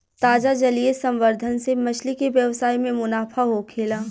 ताजा जलीय संवर्धन से मछली के व्यवसाय में मुनाफा होखेला